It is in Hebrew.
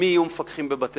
מי יהיו מפקחים בבתי-הספר.